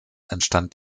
entstand